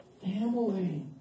family